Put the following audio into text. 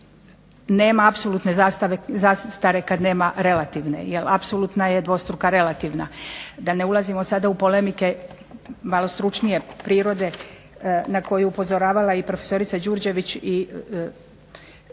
Nema apsolutne zastre kada nema relativne, jer apsolutna je dvostruka relativna. Da ne ulazimo sada u polemike malo stručnije prirode na koju je upozoravala i profesorica Đurđević,